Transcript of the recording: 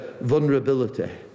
vulnerability